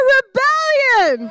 rebellion